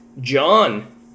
John